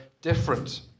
different